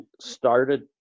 started